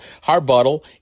Harbottle